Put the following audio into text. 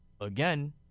again